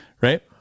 Right